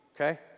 okay